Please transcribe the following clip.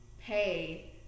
pay